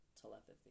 Telepathy